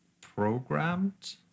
programmed